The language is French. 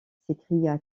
s’écria